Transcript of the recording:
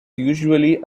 usually